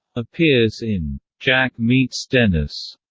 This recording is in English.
appears in jack meets dennis,